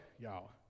y'all